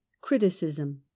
criticism